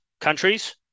countries